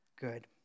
good